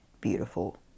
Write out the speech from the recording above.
beautiful